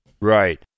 Right